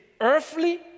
earthly